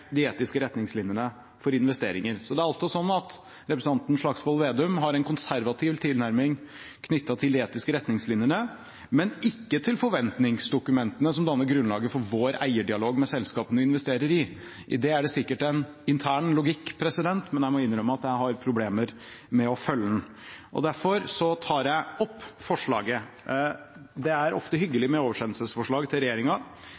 de etiske retningslinjene for investeringer. Det er alltid slik at representanten Slagsvold Vedum har en konservativ tilnærming knyttet til de etiske retningslinjene, men ikke til forventningsdokumentene som danner grunnlaget for vår eierdialog med selskapene vi investerer i. I det er det sikkert en intern logikk, men jeg må innrømme at jeg har problemer med å følge den, og derfor tar jeg opp forslaget. Det er ofte hyggelig med oversendelsesforslag til